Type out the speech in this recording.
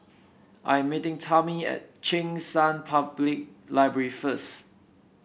I am meeting Tami at Cheng San Public Library first